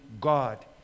God